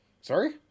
Sorry